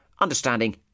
understanding